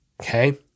Okay